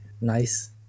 nice